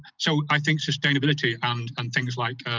so i think sustainability and and things like